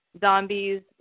zombies